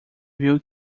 viu